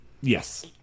Yes